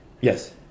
Yes